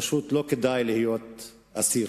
פשוט לא כדאי להיות אסיר.